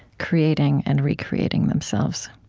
creating and recreating themselves.